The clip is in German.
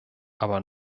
aber